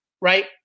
right